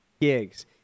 gigs